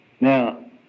Now